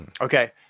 Okay